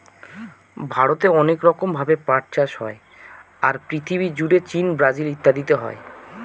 ভারতে অনেক রকম ভাবে পাট চাষ হয়, আর পৃথিবী জুড়ে চীন, ব্রাজিল ইত্যাদিতে হয়